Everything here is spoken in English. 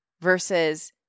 versus